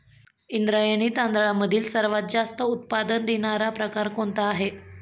इंद्रायणी तांदळामधील सर्वात जास्त उत्पादन देणारा प्रकार कोणता आहे?